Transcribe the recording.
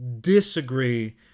disagree